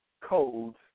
Codes